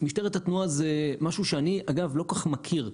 משטרת התנועה היא משהו שאני, אגב, לא כל כך מכיר.